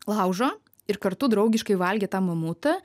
laužo ir kartu draugiškai valgė tą mamutą